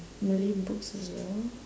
malay books as well